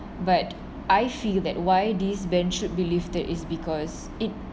but I feel that why this ban should be lifted is because it